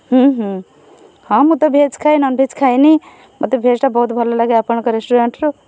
ହଁ ମୁଁ ତ ଭେଜ୍ ଖାଏ ନନଭେଜ୍ ଖାଏନି ମୋତେ ଭେଜ୍ଟା ବହୁତ ଭଲ ଲାଗେ ଆପଣଙ୍କ ରେଷ୍ଟୁରାଣ୍ଟ୍ରୁ